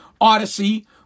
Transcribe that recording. Odyssey